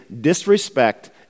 disrespect